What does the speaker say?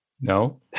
no